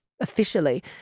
officially